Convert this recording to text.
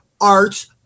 arts